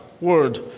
word